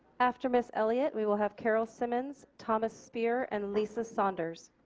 after ms. elliott we will have carol simmons, thomas speer and lisa saunders.